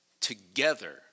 together